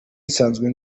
nsanzwe